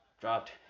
dropped